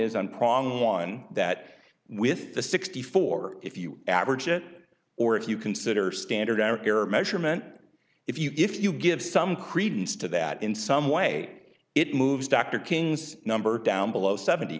prong on that with the sixty four if you average it or if you consider standard hour care measurement if you if you give some credence to that in some way it moves dr king's number down below seventy